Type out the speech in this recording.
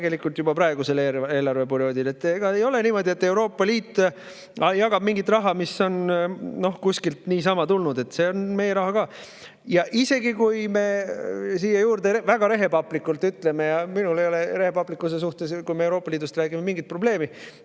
tegelikult juba praegusel eelarveperioodil. Ega ei ole niimoodi, et Euroopa Liit jagab mingit raha, mis on kuskilt niisama tulnud. See on meie raha ka. Ja seda isegi, kui me siia juurde väga rehepaplikult ütleme – ja minul ei ole rehepaplikkuse suhtes, kui me Euroopa Liidust räägime, mingit probleemi,